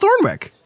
Thornwick